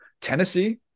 Tennessee